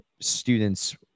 Students